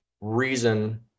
reason